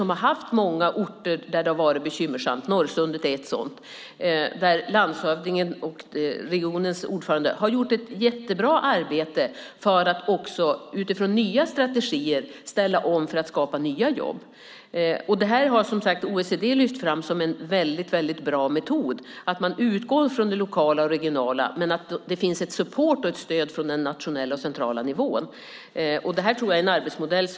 Där finns många orter där det har varit bekymmersamt. Norrsundet är en sådan ort. Landshövdingen och regionens ordförande har gjort ett jättebra arbete för att också utifrån nya strategier ställa om för att skapa nya jobb. Det här, att man utgår från det lokala och regionala men att det finns support och stöd från den nationella och centrala nivån, har som sagt OECD lyft fram som en väldigt bra metod.